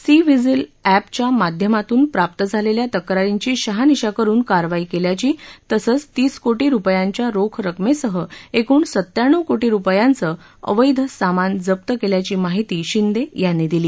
सीव्हिजिल एपच्या माध्यमातून प्राप्त झालेल्या तक्रारींची शहानिशा करून कारवाई केल्याची तसंच तीस कोटी रुपयांच्या रोख रकमेसह एकूण सत्त्याण्णव कोटी रुपयांचं अवैध सामान जप्त केल्याची माहिती शिंदे यांनी दिली